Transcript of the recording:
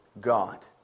God